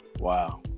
Wow